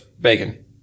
Bacon